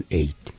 eight